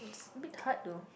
bits bit hard though